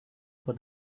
for